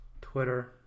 Twitter